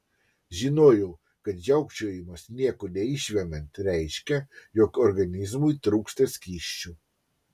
žinojau kad žiaukčiojimas nieko neišvemiant reiškia jog organizmui trūksta skysčių